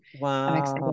wow